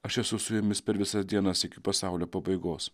aš esu su jumis per visas dienas iki pasaulio pabaigos